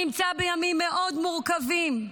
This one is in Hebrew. שנמצא בימים מאוד מורכבים.